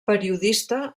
periodista